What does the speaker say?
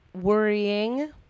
worrying